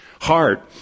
heart